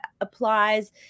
applies